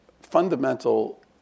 fundamental